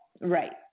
Right